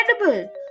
incredible